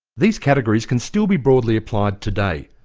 these categories can still be broadly applied today.